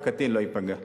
שאף קטין לא ייפגע.